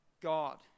God